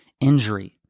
injury